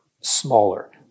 smaller